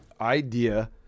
idea